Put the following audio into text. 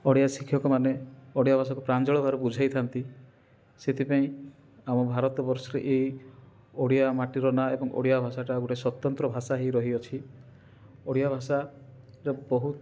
ଓଡ଼ିଆ ଶିକ୍ଷକମାନେ ଓଡ଼ିଆ ଭାଷାକୁ ପ୍ରାଞ୍ଜଳ ଭାବରେ ବୁଝାଇଥାନ୍ତି ସେଥିପାଇଁ ଆମ ଭାରତ ବର୍ଷରେ ଏଇ ଓଡ଼ିଆ ମାଟିର ନାଁ ଏବଂ ଓଡ଼ିଆ ଭାଷାଟା ଗୋଟେ ସ୍ୱତନ୍ତ୍ର ଭାଷା ହେଇ ରହିଅଛି ଓଡ଼ିଆ ଭାଷାର ବହୁତ